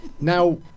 Now